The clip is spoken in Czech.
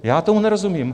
Já tomu nerozumím.